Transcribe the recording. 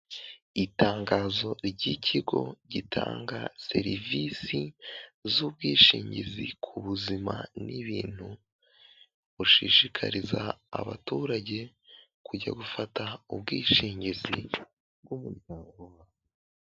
Itangazo ry'ikigo gitanga serivisi z'ubwishingizi ku buzima n'ibintu bushishikariza abaturage kujya gufata ubwishingizi bw'umuryango.